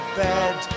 bed